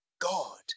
God